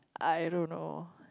I don't know